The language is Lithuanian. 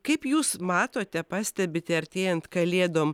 kaip jūs matote pastebite artėjant kalėdom